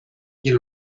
quien